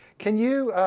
can you